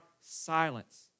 silence